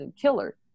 killer